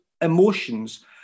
emotions